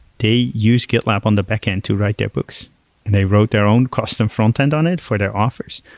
they use gitlab on the backend to write their books and they wrote their own custom frontend on it for their offers.